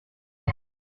ans